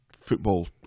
football